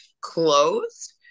closed